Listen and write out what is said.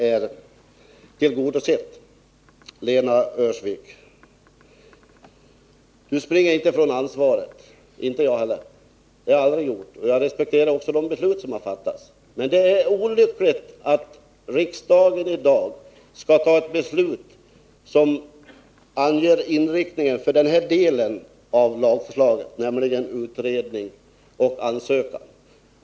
Lena Öhrsvik säger att hon inte kommer att springa ifrån sitt ansvar. Det kommer inte heller jag att göra. Det har jag aldrig gjort. Och jag respekterar också de beslut som har fattats. Men det är olyckligt att riksdagen i dag fattar ett beslut, som anger inriktningen när det gäller den här delen av lagförslaget, dvs. den som avser utredning och ansökan.